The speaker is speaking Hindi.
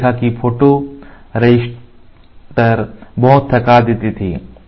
उन्होंने देखा कि फोटोरॉजिस्ट बहुत थका देते थे